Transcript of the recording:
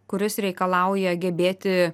kuris reikalauja gebėti